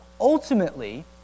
ultimately